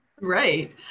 Right